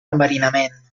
enverinament